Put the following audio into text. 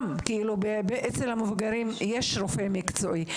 אצל המבוגרים יש רופא מקצועי.